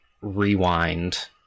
rewind